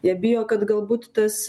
jie bijo kad galbūt tas